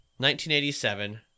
1987